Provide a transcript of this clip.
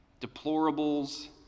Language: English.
Deplorables